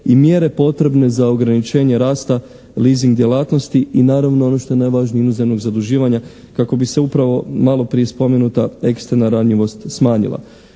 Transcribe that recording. i mjere potrebne za ograničenje rasta leasing djelatnosti i naravno ono što je najvažnije inozemnog zaduživanja kako bi se upravo maloprije spomenuta eksterna ranjivost smanjila.